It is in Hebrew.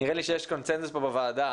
נראה לי שיש קונצנזוס פה בוועדה.